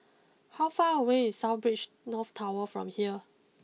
how far away is South Beach North Tower from here